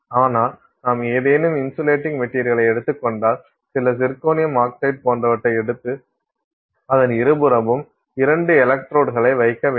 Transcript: ஆனால் நாம் ஏதேனும் இன்சுலேடிங் மெட்டீரியல்ளை எடுத்துக் கொண்டால் சில சிர்கோனியம் ஆக்சைடு போன்றவற்றை எடுத்து அதன் இருபுறமும் இரண்டு எலக்ட்ரோட்களை வைக்க வேண்டும்